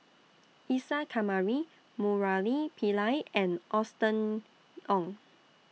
Isa Kamari Murali Pillai and Austen Ong